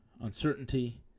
uncertainty